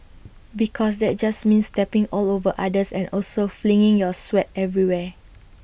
because that just means stepping all over others and also flinging your sweat everywhere